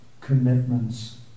commitments